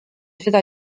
seda